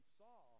saw